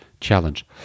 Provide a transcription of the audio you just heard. challenge